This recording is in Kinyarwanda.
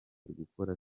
gukora